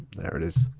there it is.